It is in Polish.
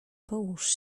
połóż